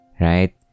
right